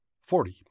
Forty